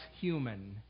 human